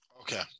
Okay